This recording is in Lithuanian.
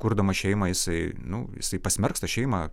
kurdamas šeimą jisai nu jisai pasmerks tą šeimą